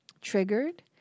triggered